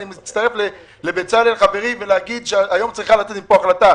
אני מצטרף לבצלאל חברי ואומר שהיום צריכה לצאת מפה החלטה.